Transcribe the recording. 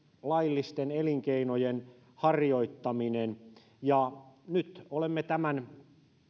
laillisten elinkeinojen harjoittaminen ja nyt olemme tämän